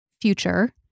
future